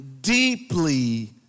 deeply